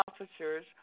officers